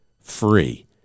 free